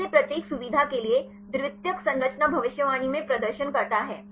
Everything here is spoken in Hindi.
कैसे प्रत्येक सुविधा के लिए द्वितीयक संरचना भविष्यवाणी में प्रदर्शन करता है